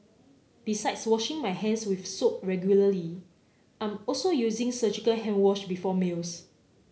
besides washing my hands with soap regularly I'm also using surgical hand wash before meals